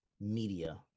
media